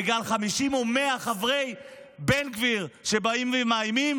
בגלל 50 או 100 חברי בן גביר שבאים ומאיימים?